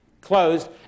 Closed